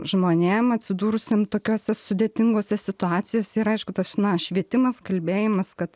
žmonėm atsidūrusiem tokiose sudėtingose situacijose ir aišku taš na švietimas kalbėjimas kad